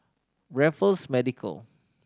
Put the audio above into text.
Raffles Medical